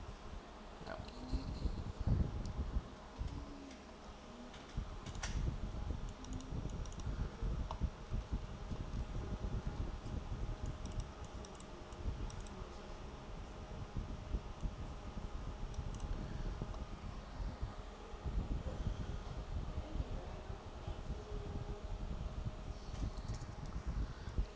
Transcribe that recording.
ya